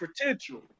potential